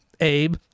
Abe